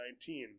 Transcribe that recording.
2019